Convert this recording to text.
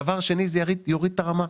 דבר שני, זה יוריד את הרמה.